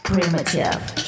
Primitive